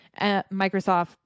Microsoft